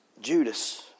Judas